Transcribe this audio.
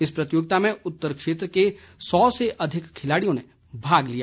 इस प्रतियोगिता में उतर क्षेत्र के सौ से अधिक खिलाड़ियों ने भाग लिया